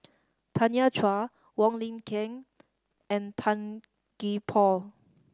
Tanya Chua Wong Lin Ken and Tan Gee Paw